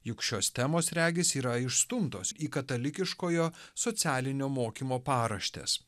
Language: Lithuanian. juk šios temos regis yra išstumtos į katalikiškojo socialinio mokymo paraštes